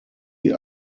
die